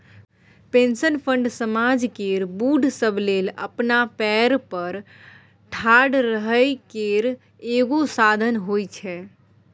pension fund समाज केर बूढ़ सब लेल अपना पएर पर ठाढ़ रहइ केर एगो साधन होइ छै